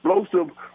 explosive